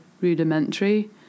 rudimentary